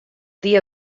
dia